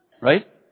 right